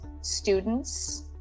students